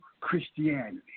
Christianity